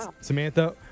Samantha